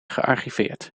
gearchiveerd